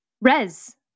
res